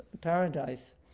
Paradise